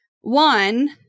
One